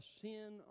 sin